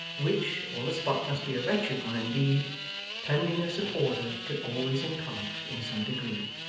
which or the spot must be a wretched one indeed cleanliness and order can always impart in some degree.